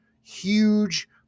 huge